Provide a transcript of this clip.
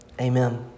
Amen